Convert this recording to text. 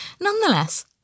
Nonetheless